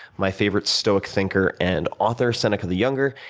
my favorite stoic thinker and author, seneca the younger.